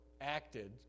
acted